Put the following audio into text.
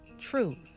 Truth